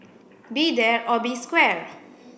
be there or be square